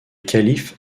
calife